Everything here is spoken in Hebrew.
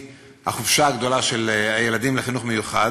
למשל,